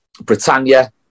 Britannia